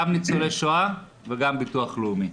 גם ניצולי שואה וגם הביטוח הלאומי.